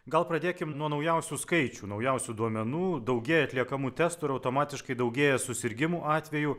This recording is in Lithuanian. gal pradėkim nuo naujausių skaičių naujausių duomenų daugėja atliekamų testų ir automatiškai daugėja susirgimų atvejų